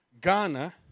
Ghana